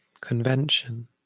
Convention